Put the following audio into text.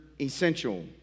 essential